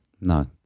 No